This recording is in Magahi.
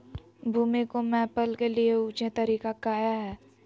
भूमि को मैपल के लिए ऊंचे तरीका काया है?